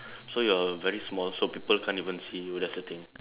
so you are very small so people can't even see you that's the thing